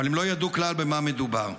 אבל הם לא ידעו במה מדובר כלל.